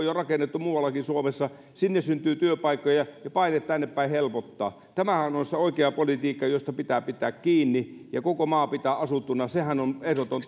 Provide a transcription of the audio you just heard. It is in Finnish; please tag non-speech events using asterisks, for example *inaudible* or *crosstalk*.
*unintelligible* jo rakennettu muuallakin suomessa sinne syntyy työpaikkoja ja niin paine tännepäin helpottaa tämähän on sitä oikeaa politiikkaa josta pitää pitää kiinni ja koko maa pitää pitää asuttuna sehän on ehdoton *unintelligible*